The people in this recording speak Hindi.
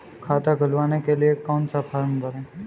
खाता खुलवाने के लिए कौन सा फॉर्म भरें?